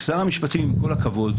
שר המשפטים, עם כל הכבוד,